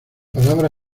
palabra